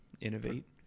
innovate